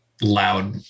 loud